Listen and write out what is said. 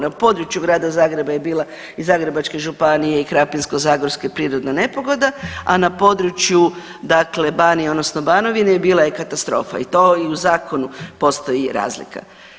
Na području Grada Zagreba je bila i Zagrebačke županije i Krapinsko-zagorske prirodna nepogoda, a na području dakle Banije odnosno Banovine je bila i katastrofa i to i u zakonu postoji razlika.